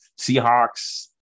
Seahawks